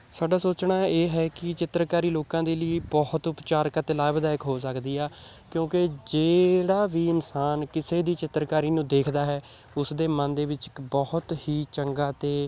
ਸਾਡਾ ਸੋਚਣਾ ਇਹ ਹੈ ਕਿ ਚਿੱਤਰਕਾਰੀ ਲੋਕਾਂ ਦੇ ਲਈ ਬਹੁਤ ਉਪਚਾਰਕ ਅਤੇ ਲਾਭਦਾਇਕ ਹੋ ਸਕਦੀ ਆ ਕਿਉਂਕਿ ਜਿਹੜਾ ਵੀ ਇਨਸਾਨ ਕਿਸੇ ਦੀ ਚਿੱਤਰਕਾਰੀ ਨੂੰ ਦੇਖਦਾ ਹੈ ਉਸਦੇ ਮਨ ਦੇ ਵਿੱਚ ਇੱਕ ਬਹੁਤ ਹੀ ਚੰਗਾ ਅਤੇ